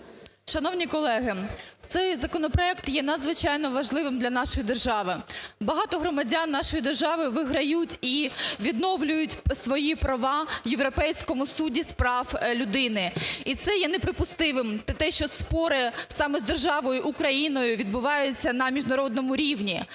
Шановні колеги, цей законопроект є надзвичайно важливим для нашої держави. Багато громадян нашої держави виграють і відновлюють свої права в Європейському суді з прав людини. І це є неприпустимим, те, що спори саме з державою Україною відбуваються на міжнародному рівні.